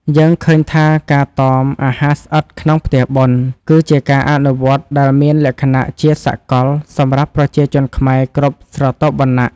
យើងឃើញថាការតមអាហារស្អិតក្នុងផ្ទះបុណ្យ គឺជាការអនុវត្តដែលមានលក្ខណៈជាសកលសម្រាប់ប្រជាជនខ្មែរគ្រប់ស្រទាប់វណ្ណៈ។